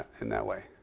in that way.